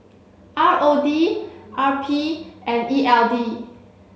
R O D R P and E L D